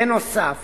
בנוסף